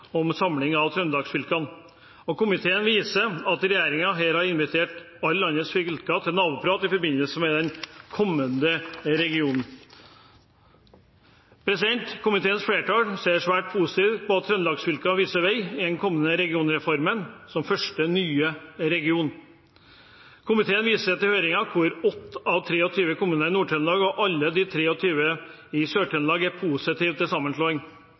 om samling av Trøndelags-fylkene. Komiteen viser til at regjeringen har invitert alle landets fylker til en naboprat i forbindelse med den kommende regionreformen. Komiteens flertall ser svært positivt på at Trøndelags-fylkene, som første nye region, viser vei i den kommende regionreformen. Komiteen viser til høringen, der 8 av 23 kommuner i Nord-Trøndelag og alle de 23 kommunene i Sør-Trøndelag var positive til sammenslåing.